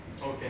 Okay